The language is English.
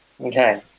Okay